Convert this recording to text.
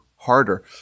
Harder